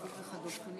צומחים פה,